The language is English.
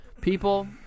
people